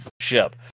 ship